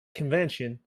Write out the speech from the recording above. convention